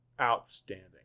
outstanding